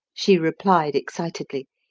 she replied excitedly.